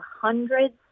hundreds